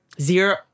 zero